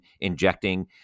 injecting